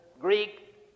Greek